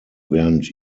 während